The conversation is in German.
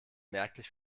merklich